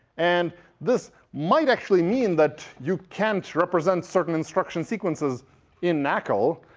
and this might actually mean that you can represent certain instruction sequences in nacl.